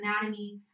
anatomy